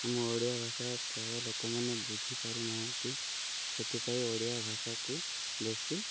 ଆମ ଓଡ଼ିଆ ଭାଷା ପ୍ରାୟ ଲୋକମାନେ ବୁଝିପାରୁନାହାନ୍ତି ସେଥିପାଇଁ ଓଡ଼ିଆ ଭାଷାକୁ ବେଶୀ